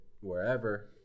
wherever